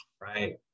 Right